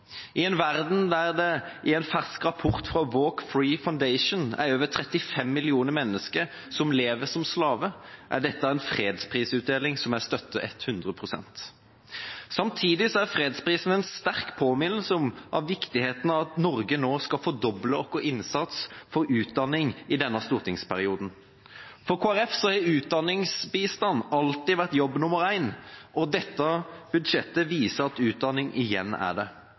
I en verden der det ifølge en fersk rapport fra Walk Free Foundation er over 35 millioner mennesker som lever som slaver, er dette en fredsprisutdeling som jeg støtter ett hundre prosent. Samtidig er fredsprisen en sterk påminnelse om viktigheten av at vi i Norge nå skal fordoble vår innsats for utdanning i denne stortingsperioden. For Kristelig Folkeparti har utdanningsbistand alltid vært jobb nummer en, og dette budsjettet viser at utdanning igjen er det.